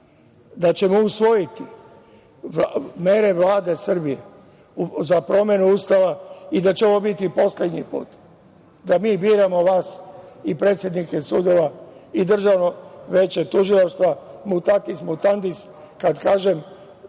da ćemo usvojiti, mere Vlade Srbije za promene Ustava, i da će ovo biti poslednji put, da mi biramo vas i predsednike sudova, i Državno veće tužilaštva, „mutatis mutandis“, kad kažem